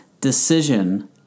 decision